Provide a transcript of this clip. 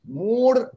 more